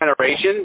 generation